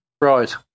Right